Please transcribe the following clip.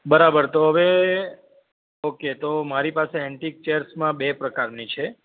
બરાબર તો હવે ઓકે તો મારી પાસે એન્ટિક ચેર્સમાં બે પ્રકારની છે